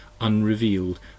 unrevealed